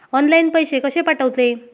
Online पैसे कशे पाठवचे?